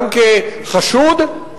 גם כחשוד,